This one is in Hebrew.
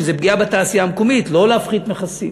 שזו פגיעה בתעשייה המקומית לא להפחית מכסים.